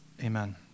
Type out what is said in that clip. amen